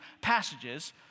passages